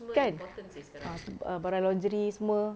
kan ah ah barang lingerie semua